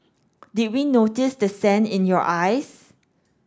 did we notice the sand in your eyes